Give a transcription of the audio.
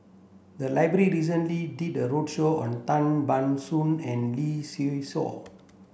the library recently did a roadshow on Tan Ban Soon and Lee Seow Ser